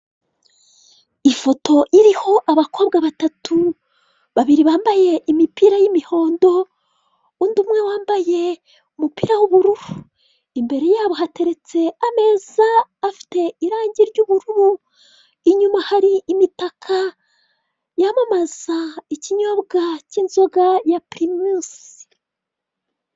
Ifoto iriho abakobwa batatu babiri bambaye imipira y'umihondo undi umwe wambaye umupira w'ubururu imbere yabo hateretse ameza afite irangi ry'ubururu, inyuma hari imitakaka yamamaza ikinyobwa k'inzoga ya pirimusi.